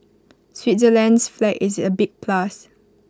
Switzerland's flag is A big plus